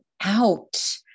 out